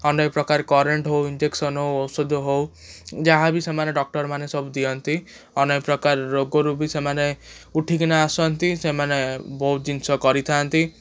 ଅନେକପ୍ରକାର କରେଣ୍ଟ୍ ହଉ ଇଞ୍ଜେକସନ୍ ହଉ ଔଷଧ ହଉ ଯାହା ବି ସେମାନେ ଡକ୍ଟର ମାନେ ସବୁ ଦିଅନ୍ତି ଅନେକପ୍ରକାର ରୋଗରୁ ବି ସେମାନେ ଉଠିକିନା ଆସନ୍ତି ସେମାନେ ବହୁତ ଜିନିଷ କରିଥାନ୍ତି